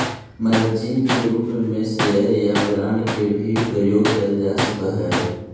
margin के रूप में शेयर या बांड के भी प्रयोग करल जा सकऽ हई